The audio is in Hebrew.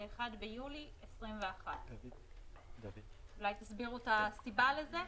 זה 1 ביולי 2021. אולי תסבירו את הסיבה לזה?